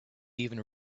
even